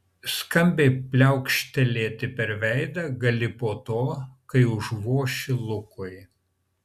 skambiai pliaukštelėti per veidą gali po to kai užvošiu lukui